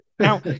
Now